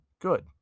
good